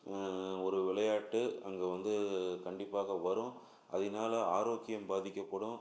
ஒரு விளையாட்டு அங்கே வந்து கண்டிப்பாக வரும் அதனால ஆரோக்கியம் பாதிக்கப்படும்